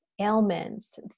ailments